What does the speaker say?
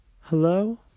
Hello